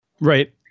Right